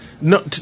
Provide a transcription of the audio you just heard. No